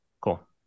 cool